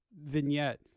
vignette